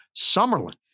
Summerlin